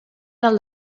del